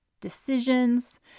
decisions